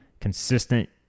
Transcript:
consistent